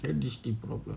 then this thing problem